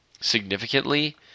significantly